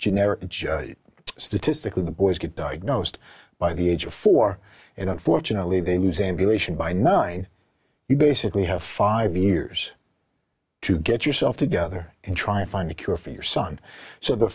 generic and statistically the boys get diagnosed by the age of four and unfortunately they lose ambulation by nine you basically have five years to get yourself together and try and find a cure for your son so the